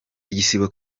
igisibo